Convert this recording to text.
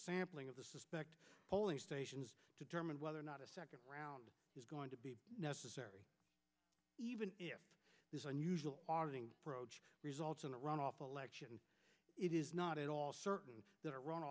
sampling of the suspect polling stations to determine whether or not a second round is going to be necessary even if there's unusual auditing approach results in a runoff election and it is not at all certain that a run